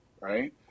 right